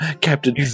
Captain